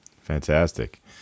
Fantastic